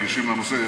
רגישים לנושא.